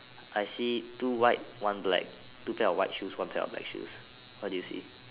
I see two white one black two pair of white shoes one pair of black shoes what do you see